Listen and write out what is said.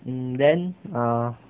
hmm then uh